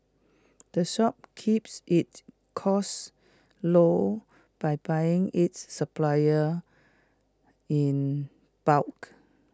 the shop keeps its costs low by buying its supplier in bulk